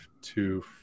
two